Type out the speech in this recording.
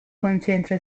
concentra